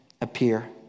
appear